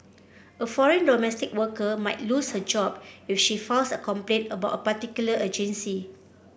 a foreign domestic worker might lose her job if she files a complaint about a particular agency